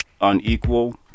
unequal